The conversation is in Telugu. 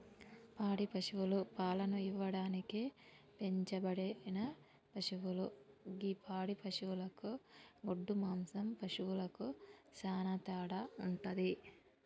పాడి పశువులు పాలను ఇవ్వడానికి పెంచబడిన పశువులు గి పాడి పశువులకు గొడ్డు మాంసం పశువులకు సానా తేడా వుంటది